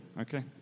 okay